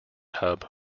hub